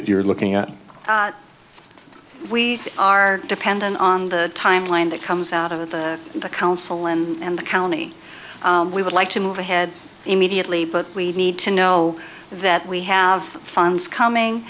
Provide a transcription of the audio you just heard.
that you're looking at we are dependent on the timeline that comes out of the council and the county we would like to move ahead immediately but we need to know that we have funds coming